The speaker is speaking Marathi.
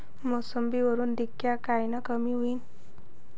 मोसंबीवरील डिक्या कायनं कमी होईल?